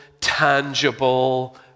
tangible